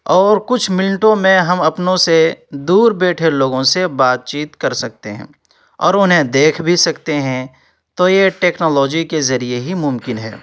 اور کچھ منٹوں میں ہم اپنوں سے دور بیٹھے لوگوں سے بات چیت کر سکتے ہیں اور انہیں دیکھ بھی سکتے ہیں تو یہ ٹیکنالوجی کے ذریعے ہی ممکن ہے